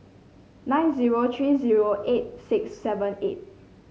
nine zero three zero eight six seven eight